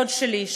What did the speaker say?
דוד שלי,